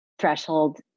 threshold